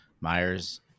Myers